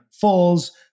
falls